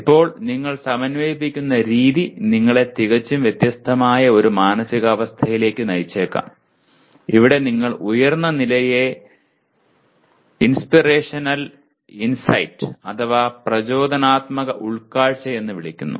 ഇപ്പോൾ നിങ്ങൾ സമന്വയിപ്പിക്കുന്ന രീതി നിങ്ങളെ തികച്ചും വ്യത്യസ്തമായ ഒരു മാനസികാവസ്ഥയിലേക്ക് നയിച്ചേക്കാം ഇവിടെ നിങ്ങൾ ഉയർന്ന നിലയെ ഇൻസ്പിറേഷനൽ ഇൻസൈറ്റ് അഥവാ പ്രചോദനാത്മക ഉൾക്കാഴ്ചയെന്ന് വിളിക്കുന്നു